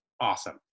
awesome